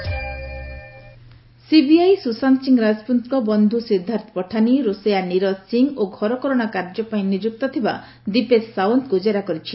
CBI continuing CBI Sushant Singh ରାଜପୁତଙ୍କ ବନ୍ଧୁ ସିଦ୍ଧାର୍ଥ ପିଠାନି ରୋଷେୟା ନିରଜ ସିଂ ଓ ଘରକରଣା କାର୍ଯ୍ୟ ପାଇଁ ନିଯୁକ୍ତ ଥିବା ଦିପେଶ ସାଓ୍ୱନଙ୍କୁ ଜେରା କରିଛି